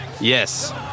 Yes